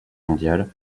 mondiale